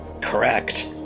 Correct